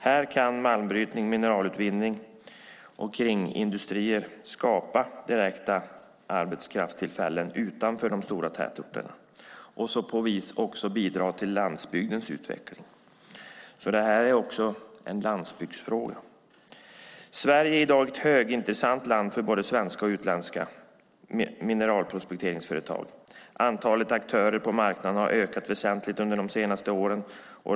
Här kan malmbrytning, mineralutvinning och kringindustrier skapa direkta arbetskraftstillfällen utanför de stora tätorterna. På så vis kan de bidra till landsbygdens utveckling. Det här är också en landsbygdsfråga. Sverige är i dag ett högintressant land för både svenska och utländska mineralprospekteringsföretag. Antalet aktörer på marknaden har ökat väsentligt under de senaste åren.